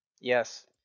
Yes